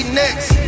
next